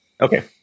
Okay